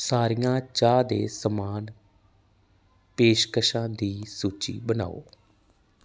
ਸਾਰੀਆਂ ਚਾਹ ਦੇ ਸਮਾਨ ਪੇਸ਼ਕਸ਼ਾਂ ਦੀ ਸੂਚੀ ਬਣਾਓ